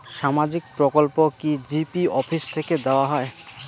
সামাজিক প্রকল্প কি জি.পি অফিস থেকে দেওয়া হয়?